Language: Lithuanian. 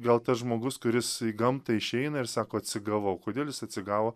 gal tas žmogus kuris į gamtą išeina ir sako atsigavau kodėl jis atsigavo